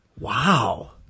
Wow